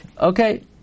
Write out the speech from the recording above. Okay